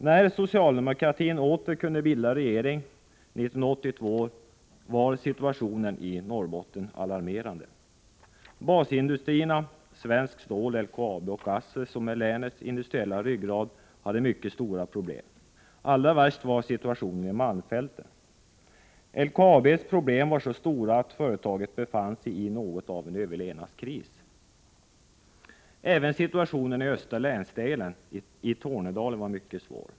När socialdemokratin åter kunde bilda regering 1982, var situationen i Norrbotten alarmerande. Basindustrierna Svenskt Stål, LKAB och ASSI, som är länets industriella ryggrad, hade mycket stora problem. Allra värst var situationen i malmfälten. LKAB:s problem var så stora att företaget befann sig i något av en överlevnadskris. Även situationen i östra länsdelen i Tornedalen var mycket svår.